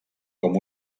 com